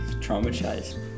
Traumatized